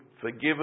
forgiven